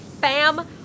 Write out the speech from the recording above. bam